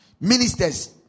Ministers